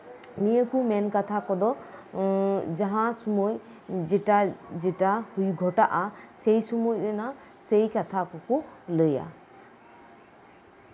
ᱱᱤᱭᱟᱹ ᱠᱚ ᱢᱮᱱᱠᱟᱛᱷᱟ ᱠᱚᱫᱚ ᱡᱟᱦᱟᱸ ᱥᱚᱢᱚᱭ ᱡᱮᱴᱟ ᱡᱮᱴᱟ ᱜᱷᱚᱴᱟᱜᱼᱟ ᱥᱮᱭ ᱥᱚᱢᱚᱭ ᱨᱮᱭᱟᱜ ᱥᱮᱭ ᱠᱟᱛᱷᱟ ᱠᱚᱠᱚ ᱞᱟᱹᱭᱼᱟ